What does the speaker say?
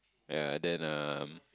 yea then um